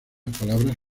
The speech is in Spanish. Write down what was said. palabras